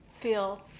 feel